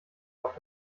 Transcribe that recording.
auf